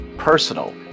personal